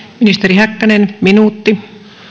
ministeri häkkänen minuutti